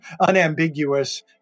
unambiguous